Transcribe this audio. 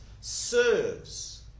serves